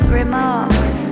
remarks